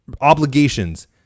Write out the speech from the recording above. obligations